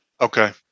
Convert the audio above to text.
okay